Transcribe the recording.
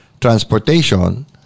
transportation